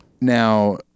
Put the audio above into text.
Now